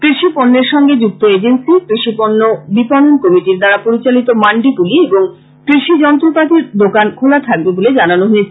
কৃষিপণ্যের সঙ্গে যুক্ত এজেন্সি কষিপণ্য বিপণন কমিটির দ্বারা পরিচালিত মান্ডিগুলি এবং কৃষি যন্ত্রপাতির দোকান খোলা থাকবে বলে জানানো হয়েছে